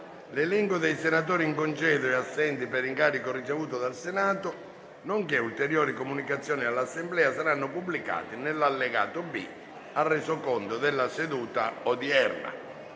L'elenco dei senatori in congedo e assenti per incarico ricevuto dal Senato, nonché ulteriori comunicazioni all'Assemblea saranno pubblicati nell'allegato B al Resoconto della seduta odierna.